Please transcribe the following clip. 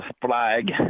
flag